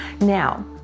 Now